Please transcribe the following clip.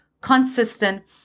consistent